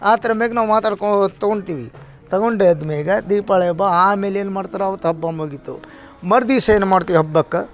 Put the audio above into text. ಆ ಥರ ಮೇಲೆ ನಾವು ಮಾತಾಡ್ಕೋ ತಗೊತೀವಿ ತಗೊಂಡು ಹೋದ್ ಮೇಲೆ ದೀಪಾವಳಿ ಹಬ್ಬ ಆಮೇಲೆ ಏನು ಮಾಡ್ತಾರೆ ಅವತ್ತು ಹಬ್ಬ ಮುಗಿತು ಮರು ದಿವ್ಸ್ ಏನು ಮಾಡ್ತೀವಿ ಹಬ್ಬಕ್ಕೆ